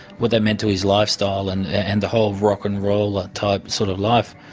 what that meant to his lifestyle and and the whole rock and roller type sort of life.